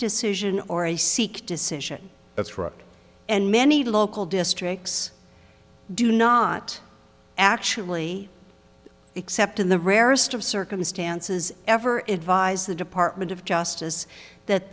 decision or a seek decision that's right and many local districts do not actually except in the rarest of circumstances ever advised the department of justice that